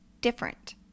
different